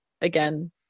again